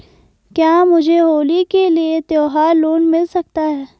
क्या मुझे होली के लिए त्यौहार लोंन मिल सकता है?